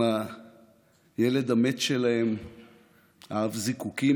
אם הילד המת שלהם אהב זיקוקים,